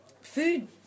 food